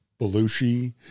Belushi